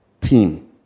team